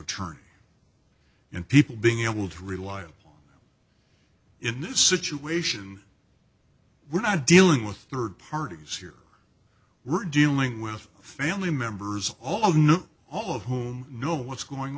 attorney and people being able to rely upon in this situation we're not dealing with third parties here we're dealing with family members although not all of whom know what's going